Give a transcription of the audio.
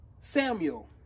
Samuel